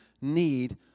need